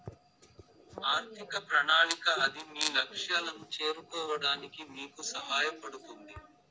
ఆర్థిక ప్రణాళిక అది మీ లక్ష్యాలను చేరుకోవడానికి మీకు సహాయపడుతుంది